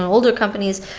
older companies.